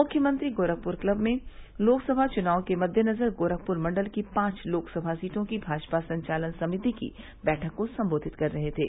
मुख्यमंत्री गोरखपुर क्लब में लोकसभा चुनाव के मद्देनजर गोरखपुर मंडल की पांच लोकसभा सीटों की भाजपा संचालन समिति की बैठक को संबोधित कर रहे थे